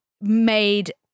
made